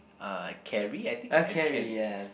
uh carry I think and carry